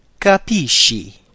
capisci